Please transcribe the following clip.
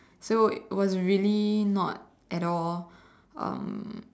so it was really not at all um